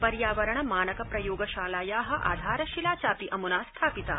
पर्यावरणमानक प्रयोग शालायाआधारशिला चापि अमुना स्थापिता